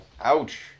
Ouch